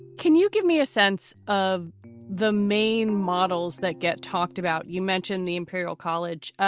can you give me a sense of the main models that get talked about? you mentioned the imperial college.